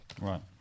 Right